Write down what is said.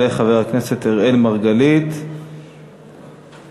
יעלה חבר הכנסת אראל מרגלית, בבקשה.